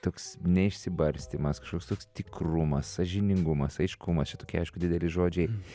toks neišsibarstymas kažkoks toks tikrumas sąžiningumas aiškumas čia tokie aišku dideli žodžiai